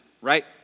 right